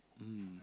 mm